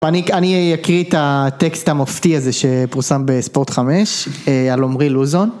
אני [אקרא אה] אני יקריא את הטקסט המופתי הזה שפורסם בספורט 5 על אומרי לוזון.